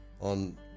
on